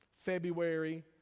February